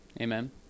amen